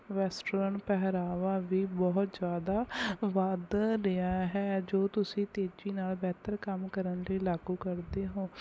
western ਪਹਿਰਾਵਾ ਵੀ ਬਹੁਤ ਜ਼ਿਆਦਾ ਵੱਧ ਰਿਹਾ ਹੈ ਜੋ ਤੁਸੀਂ ਤੇਜ਼ੀ ਨਾਲ ਬਿਹਤਰ ਕੰਮ ਕਰਨ ਲਈ ਲਾਗੂ ਕਰਦੇ ਹੋ